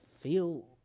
feel